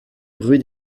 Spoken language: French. rue